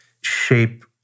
shape